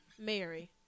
Mary